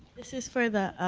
this is for the